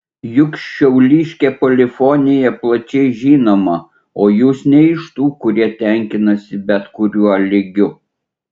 juk šiauliškė polifonija plačiai žinoma o jūs ne iš tų kurie tenkinasi bet kuriuo lygiu